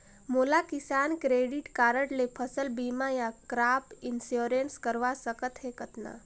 मोला किसान credit card ले फसल बीमा या क्रॉप इंश्योरेंस करवा सकथ हे कतना?